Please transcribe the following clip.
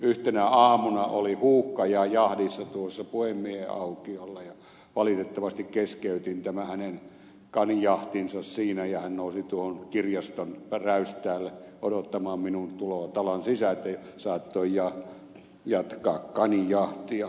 yhtenä aamuna oli huuhkaja jahdissa tuossa puhemiehenaukiolla ja valitettavasti keskeytin tämän hänen kanijahtinsa siinä ja hän nousi tuohon kirjaston räystäälle odottamaan minun tuloani talon sisään että saattoi jatkaa kanijahtiaan